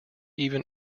even